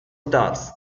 stars